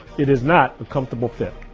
it is not a comfortable fit.